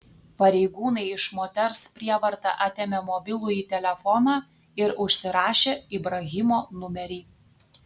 pareigūnai iš moters prievarta atėmė mobilųjį telefoną ir užsirašė ibrahimo numerį